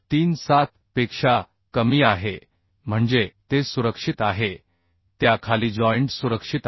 37 पेक्षा कमी आहे म्हणजे ते सुरक्षित आहे त्याखाली जॉइंट सुरक्षित आहेत